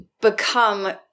become